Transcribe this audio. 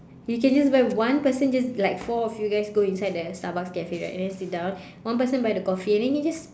you can just buy one person just like four of you guys go inside the starbucks cafe right and then sit down one person buy the coffee and then you just